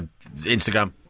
Instagram